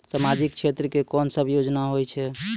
समाजिक क्षेत्र के कोन सब योजना होय छै?